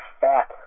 fat